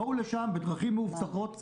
בואו לשם בדרכים מאובטחות ותסייעו.